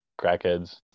crackheads